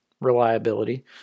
reliability